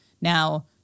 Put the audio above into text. Now